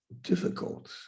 difficult